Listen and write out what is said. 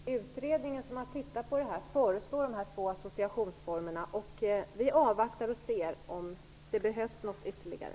Fru talman! Den utredning som har tittat på detta föreslår dessa två associationsformer. Vi avvaktar och ser om det behövs något ytterligare.